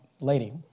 lady